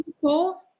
cool